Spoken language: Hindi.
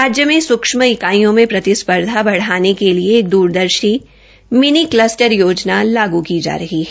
राज्य में सूक्ष्म इकाइयों की प्रतिस्पर्धा को बढ़ाने के लिए एक द्रदर्शी मिनी क्लस्टर योजना लागू की जा रही है